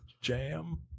jam